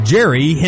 Jerry